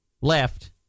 left